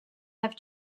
have